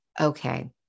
Okay